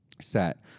set